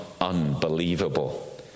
unbelievable